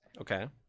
Okay